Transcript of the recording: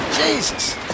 Jesus